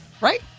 Right